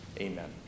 amen